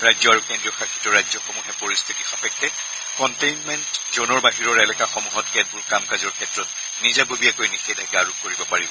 ৰাজ্য আৰু কেন্দ্ৰীয়শাসিত ৰাজ্যসমূহে পৰিস্থিতি সাপেক্ষে কণ্টেইনমেণ্ট জনৰ বাহিৰৰ এলেকাসমূহত কেতবোৰ কাম কাজৰ ক্ষেত্ৰত নিজাববীয়াকৈ নিষেধাজ্ঞা আৰোপ কৰিব পাৰিব